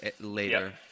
later